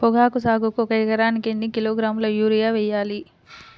పొగాకు సాగుకు ఒక ఎకరానికి ఎన్ని కిలోగ్రాముల యూరియా వేయాలి?